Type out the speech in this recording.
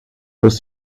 was